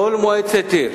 כל מועצת עיר